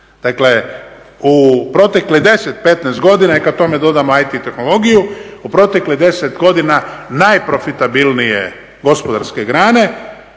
Dakle u proteklih 10, 15 godina i kada tome dodamo IT tehnologiju u proteklih 10 godina najprofitabilnije gospodarske grane